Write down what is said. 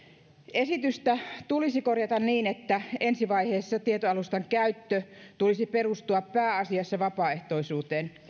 esitystä tulisi korjata niin että ensi vaiheessa tietoalustan käytön tulisi perustua pääasiassa vapaaehtoisuuteen